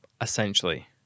essentially